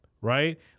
right